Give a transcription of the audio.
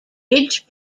ridge